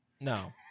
No